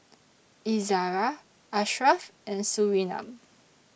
Izzara Ashraf and Surinam